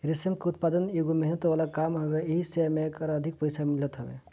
रेशम के उत्पदान एगो मेहनत वाला काम हवे एही से एकर अधिक पईसा मिलत हवे